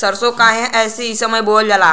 सरसो काहे एही समय बोवल जाला?